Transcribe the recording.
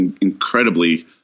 incredibly